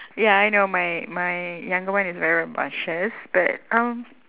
ya I know my my younger one is very rambunctious but um